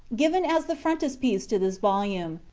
given as the frontispiece to this volume,